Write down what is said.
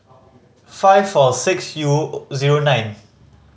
five four six U zero nine